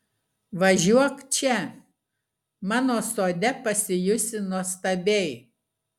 važiuok čia mano sode pasijusi nuostabiai